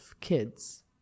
kids